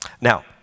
Now